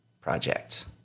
Project